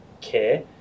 care